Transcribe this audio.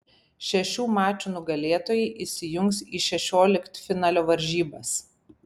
šešių mačų nugalėtojai įsijungs į šešioliktfinalio varžybas